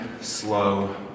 slow